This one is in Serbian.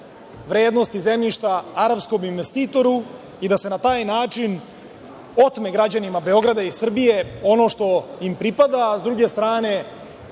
vrednosti zemljišta arapskom investitoru i da se na taj način otme građanima Beograda i Srbije ono što im pripada, a s druge strane